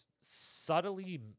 subtly